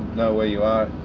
know where you are,